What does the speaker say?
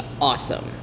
awesome